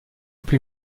plus